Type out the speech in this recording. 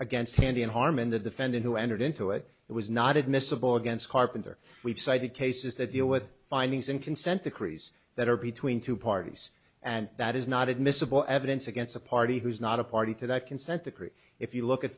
against handy in harman the defendant who entered into it it was not admissible against carpenter we've cited cases that deal with findings and consent decrees that are between two parties and that is not admissible evidence against a party who is not a party to that consent decree if you look at